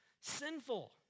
sinful